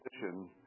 position